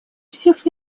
всех